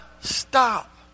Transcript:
stop